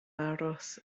aros